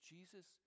Jesus